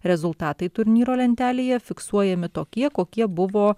rezultatai turnyro lentelėje fiksuojami tokie kokie buvo